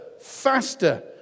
faster